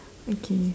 okay